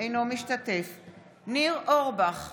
אינו משתתף בהצבעה ניר אורבך,